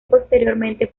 posteriormente